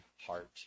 heart